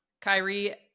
Kyrie